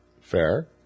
Fair